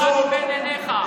טול קורה מבין עיניך,